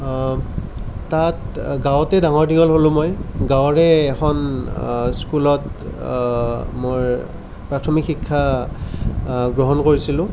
তাত গাঁৱতেই ডাঙৰ দীঘল হ'লোঁ মই গাঁৱৰে এখন স্কুলত মোৰ প্ৰাথমিক শিক্ষা গ্ৰহণ কৰিছিলোঁ